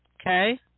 okay